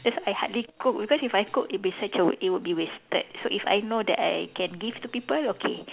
that's why I hardly cook because if I cook it'll be such a wa~ it will be wasted so if I know that I can give to people okay